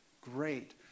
Great